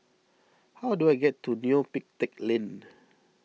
how do I get to Neo Pee Teck Lane